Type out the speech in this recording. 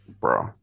Bro